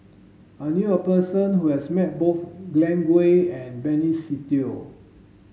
I knew a person who has met both Glen Goei and Benny Se Teo